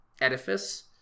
edifice